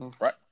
right